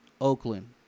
Oakland